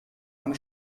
eine